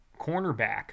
cornerback